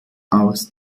aus